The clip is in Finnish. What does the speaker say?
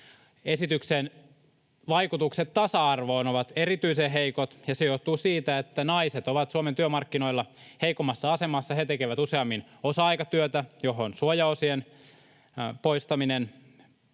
Esityksen vaikutukset tasa-arvoon ovat erityisen heikot, ja se johtuu siitä, että naiset ovat Suomen työmarkkinoilla heikommassa asemassa. He tekevät useammin osa-aikatyötä, johon suojaosien poistaminen